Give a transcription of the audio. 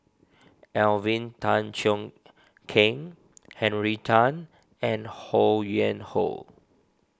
Alvin Tan Cheong Kheng Henry Tan and Ho Yuen Hoe